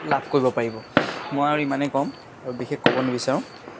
লাভ কৰিব পাৰিব মই আৰু ইমানেই কম আৰু বিশেষ ক'ব নিবিচাৰোঁ